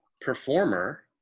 performer